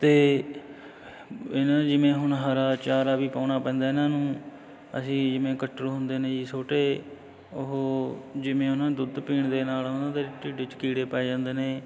ਅਤੇ ਇਹਨਾਂ ਨੇ ਜਿਵੇਂ ਹੁਣ ਹਰਾ ਚਾਰਾ ਵੀ ਪਾਉਣਾ ਪੈਂਦਾ ਇਹਨਾਂ ਨੂੰ ਅਸੀਂ ਜਿਵੇਂ ਕੱਟਰੂ ਹੁੰਦੇ ਨੇ ਜੀ ਛੋਟੇ ਉਹ ਜਿਵੇਂ ਉਹਨਾਂ ਨੇ ਦੁੱਧ ਪੀਣ ਦੇ ਨਾਲ ਉਹਨਾਂ ਦੇ ਢਿੱਡ 'ਚ ਕੀੜੇ ਪੈ ਜਾਂਦੇ ਨੇ